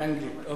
באנגלית, בסדר.